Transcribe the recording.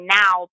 now